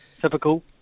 typical